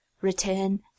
return